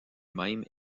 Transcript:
mêmes